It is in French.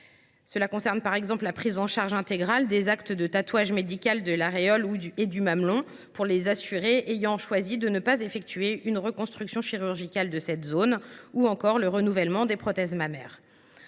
Cela concerne, par exemple, la prise en charge intégrale des actes de tatouage médical de l’aréole et du mamelon pour les assurées ayant choisi de ne pas effectuer de reconstruction chirurgicale de cette zone, ou encore le renouvellement des prothèses mammaires.